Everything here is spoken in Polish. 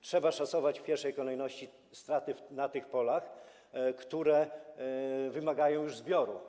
Trzeba szacować w pierwszej kolejności straty na tych polach, które już wymagają zbioru.